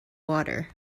water